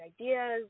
ideas